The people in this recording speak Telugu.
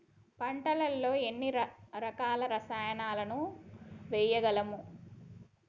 పంటలలో ఎన్ని రకాల రసాయనాలను వేయగలము?